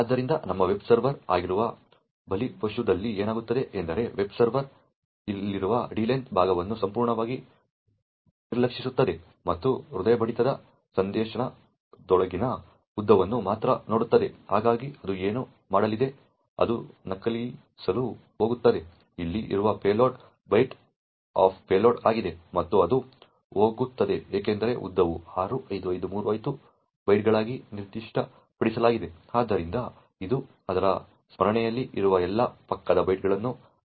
ಆದ್ದರಿಂದ ನಮ್ಮ web server ಆಗಿರುವ ಬಲಿಪಶುದಲ್ಲಿ ಏನಾಗುತ್ತದೆ ಎಂದರೆ ವೆಬ್ ಸರ್ವರ್ ಇಲ್ಲಿರುವ d length ಭಾಗವನ್ನು ಸಂಪೂರ್ಣವಾಗಿ ನಿರ್ಲಕ್ಷಿಸುತ್ತದೆ ಮತ್ತು ಹೃದಯ ಬಡಿತದ ಸಂದೇಶದೊಳಗಿನ ಉದ್ದವನ್ನು ಮಾತ್ರ ನೋಡುತ್ತದೆ ಹೀಗಾಗಿ ಅದು ಏನು ಮಾಡಲಿದೆ ಅದು ನಕಲಿಸಲು ಹೋಗುತ್ತದೆ ಇಲ್ಲಿ ಇರುವ ಪೇಲೋಡ್ 1 ಬೈಟ್ ಆಫ್ ಪೇಲೋಡ್ ಆಗಿದೆ ಮತ್ತು ಅದು ಹೋಗುತ್ತದೆ ಏಕೆಂದರೆ ಉದ್ದವನ್ನು 65535 ಬೈಟ್ಗಳಾಗಿ ನಿರ್ದಿಷ್ಟಪಡಿಸಲಾಗಿದೆ ಆದ್ದರಿಂದ ಇದು ಅದರ ಸ್ಮರಣೆಯಲ್ಲಿ ಇರುವ ಎಲ್ಲಾ ಪಕ್ಕದ ಬೈಟ್ಗಳನ್ನು ಸಹ ನಕಲಿಸುತ್ತದೆ